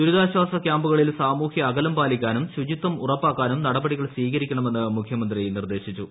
ദുരിതാശ്വാസ ക്യാമ്പുകളിൽ സാമൂഹ്യ അകലം പാലിക്കാനും ശുചിത്വം ഉറപ്പാക്കാനും നടപടികൾ സ്വീകരിക്കണമെന്ന് മുഖ്യമന്ത്രി നിർദ്ദേശിച്ചു